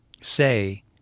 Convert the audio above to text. say